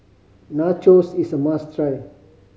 nachos is a must try